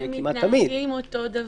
כמעט תמיד.